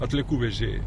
atliekų vežėjai